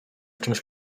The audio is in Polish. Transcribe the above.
czymś